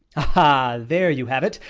ah there you have it!